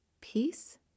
peace